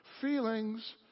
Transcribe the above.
Feelings